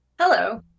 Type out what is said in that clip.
hello